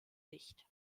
nicht